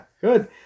good